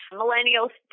millennials